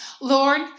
Lord